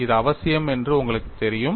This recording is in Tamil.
இது அவசியம் என்று உங்களுக்குத் தெரியும்